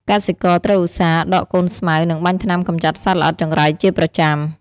កសិករត្រូវឧស្សាហ៍ដកកូនស្មៅ និងបាញ់ថ្នាំកម្ចាត់សត្វល្អិតចង្រៃជាប្រចាំ។